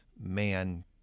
man